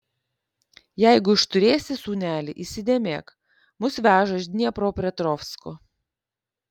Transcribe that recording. jeigu išturėsi sūneli įsidėmėk mus veža iš dniepropetrovsko